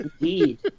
Indeed